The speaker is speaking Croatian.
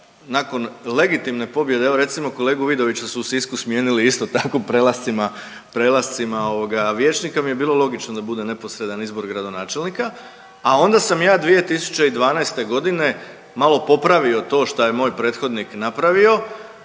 nakon legitimne pobjede, evo recimo kolegu Vidovića su u Sisku smijenili isto tako prelascima, prelascima ovoga vijećnika mi je bilo logično da bude neposredan izbor gradonačelnika, a onda sam ja 2012. godine malo popravio to šta je moj prethodnik napravio,